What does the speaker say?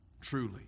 truly